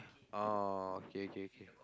orh k k k